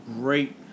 great